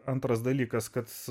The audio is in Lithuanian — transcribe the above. antras dalykas kad